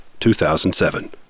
2007